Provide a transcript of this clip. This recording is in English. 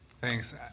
Thanks